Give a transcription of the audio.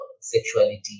sexuality